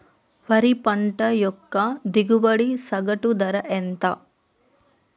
వరి పంట యొక్క దిగుబడి సగటు ధర ఎంత?